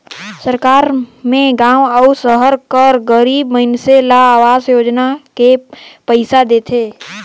सरकार में गाँव अउ सहर कर गरीब मइनसे ल अवास योजना में पइसा देथे